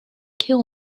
kill